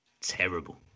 terrible